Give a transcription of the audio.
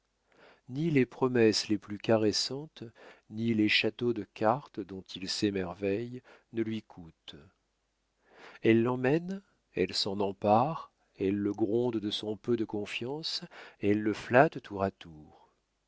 ni les promesses les plus caressantes ni les châteaux de cartes dont il s'émerveille ne lui coûtent elle l'emmène elle s'en empare elle le gronde de son peu de confiance elle le flatte tour à tour